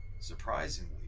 Surprisingly